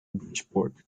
bridgeport